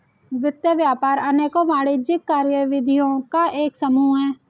वित्त व्यापार अनेकों वाणिज्यिक कार्यविधियों का एक समूह है